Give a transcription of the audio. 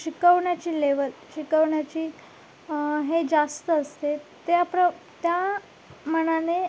शिकवण्याची लेवल शिकवण्याची हे जास्त असते त्याप्र त्या मानाने